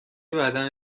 بدن